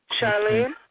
Charlene